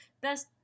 best